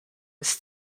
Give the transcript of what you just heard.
his